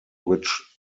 which